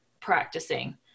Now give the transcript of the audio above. practicing